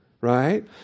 right